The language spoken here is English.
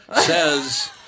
Says